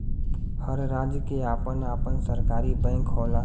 हर राज्य के आपन आपन सरकारी बैंक होला